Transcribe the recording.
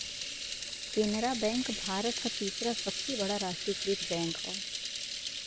Canara bank भारत क तीसरा सबसे बड़ा राष्ट्रीयकृत बैंक हौ